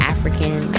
African